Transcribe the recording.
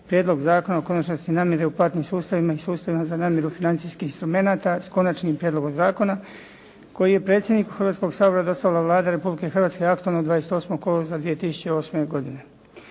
Prijedlog zakona o konačnosti namire u platnim sustavima i sustavima za namiru financijskih instrumenata s Konačnim prijedlogom zakona koji je predsjedniku Hrvatskoga sabora dostavila Vlada Republike Hrvatske aktom od 28. kolovoza 2008. godine.